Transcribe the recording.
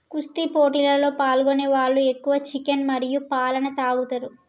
కుస్తీ పోటీలలో పాల్గొనే వాళ్ళు ఎక్కువ చికెన్ మరియు పాలన తాగుతారు